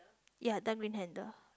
ya then green handle